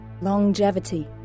longevity